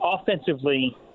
Offensively